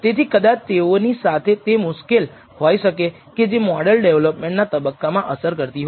તેથી કદાચ તેઓની સાથે તે મુશ્કેલ હોઈ શકે કે જે મોડલ ડેવલપમેન્ટના તબક્કામાં અસર કરતી હોય